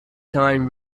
time